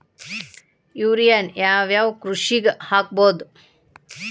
ಯೂರಿಯಾನ ಯಾವ್ ಯಾವ್ ಕೃಷಿಗ ಹಾಕ್ಬೋದ?